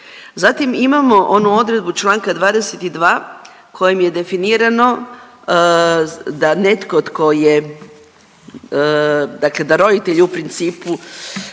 Zatim imamo onu odredbu Članka 22. kojim je definirano da netko tko je, dakle da roditelj u principu,